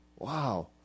Wow